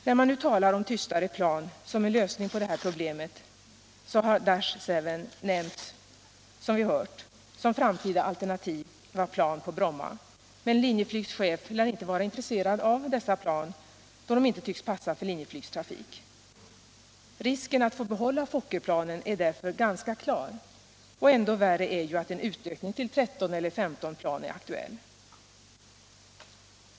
När man nu talar om tystare plan som en lösning på det här problemet har, som vi hört, Dash 7 nämnts som framtida alternativa plan på Bromma, men Linjeflygs chef lär inte vara intresserad av dessa plan, då de inte tycks passa för Linjeflygs trafik. Risken att få behålla Fokkerplanen är därför ganska stor, och ännu värre är ju att en utökning till 13 eller IS plan är aktuell.